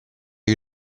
che